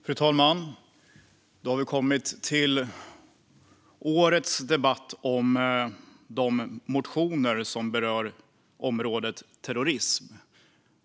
Fru talman! Så har vi kommit till årets debatt om de motioner som berör området terrorism.